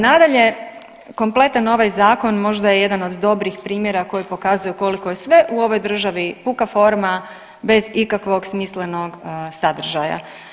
Nadalje, kompletan ovaj zakon možda je jedan od dobrih primjera koji pokazuju koliko je sve u ovoj državi puka forma bez ikakvog smislenog sadržaja.